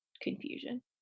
confusion